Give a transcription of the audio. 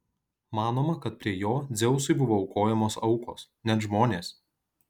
manoma kad prie jo dzeusui buvo aukojamos aukos net žmonės